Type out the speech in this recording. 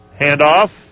Handoff